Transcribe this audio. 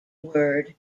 word